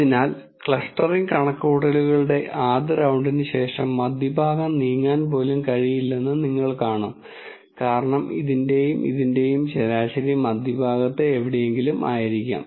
അതിനാൽ ക്ലസ്റ്ററിംഗ് കണക്കുകൂട്ടലുകളുടെ ആദ്യ റൌണ്ടിന് ശേഷം മധ്യഭാഗം നീങ്ങാൻ പോലും കഴിയില്ലെന്ന് നിങ്ങൾ കാണും കാരണം ഇതിന്റെയും ഇതിന്റെയും ശരാശരി മധ്യഭാഗത്ത് എവിടെയെങ്കിലും ആയിരിക്കാം